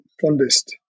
fondest